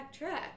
backtrack